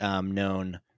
known